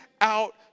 Out